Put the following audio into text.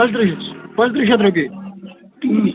پانٛژ ترٕٛہ شَتھ پانٛژ ترٕٛہ شَتھ رۄپیہِ